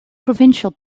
provincial